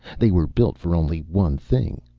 they were built for only one thing.